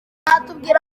mwatubwira